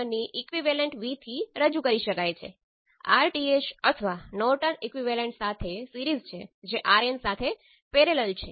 તેથી Z12 અને Z22 માપવા માટે અન્ય બે ને માપવાનું એકદમ સરળ છે